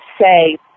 say